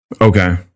Okay